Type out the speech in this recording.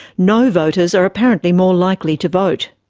no voters are apparently more likely to vote.